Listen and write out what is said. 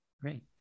Great